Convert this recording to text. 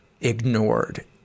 ignored